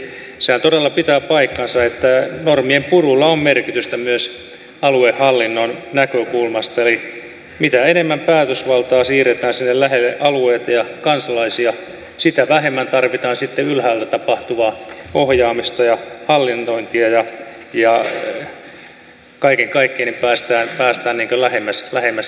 sehän todella pitää paikkansa että normien purulla on merkitystä myös aluehallinnon näkökulmasta eli mitä enemmän päätösvaltaa siirretään sinne lähelle alueita ja kansalaisia sitä vähemmän tarvitaan sitten ylhäältä tapahtuvaa ohjaamista ja hallinnointia ja kaiken kaikkiaan päästään lähemmäs ihmistä